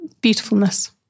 beautifulness